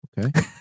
okay